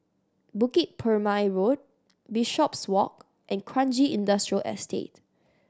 Bukit Purmei Road Bishopswalk and Kranji Industrial Estate